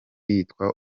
yitwa